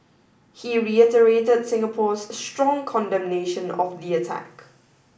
he reiterated Singapore's strong condemnation of the attack